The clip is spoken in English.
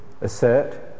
assert